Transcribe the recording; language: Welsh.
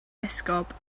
esgob